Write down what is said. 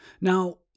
Now